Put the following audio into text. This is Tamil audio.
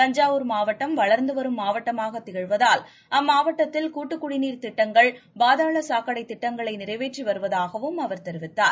தஞ்சாவூர் மாவட்டம் வளர்ந்து வரும் மாவட்டமாக திகழ்வதால் அம்மாவட்டத்தில் கூட்டுக் குடிநீர் திட்டங்கள் பாதாள சாக்கடை திட்டங்களை நிறைவேற்றி வருவதாகவும் அவர் தெரிவித்தார்